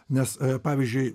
nes pavyzdžiui